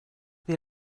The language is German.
wir